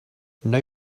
now